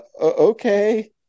okay